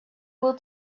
will